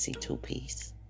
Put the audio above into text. Two-Piece